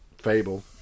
Fable